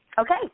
Okay